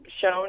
shown